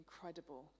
incredible